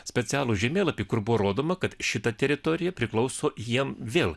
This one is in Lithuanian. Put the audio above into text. specialų žemėlapį kur buvo rodoma kad šita teritorija priklauso jiem vėl